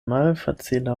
malfacila